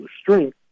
strength